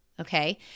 Okay